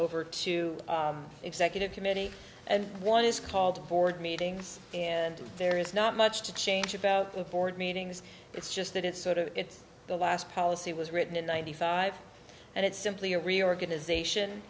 over to the executive committee and one is called board meetings and there is not much to change about the board meetings it's just that it's sort of it's the last policy was written in ninety five and it's simply a reorganization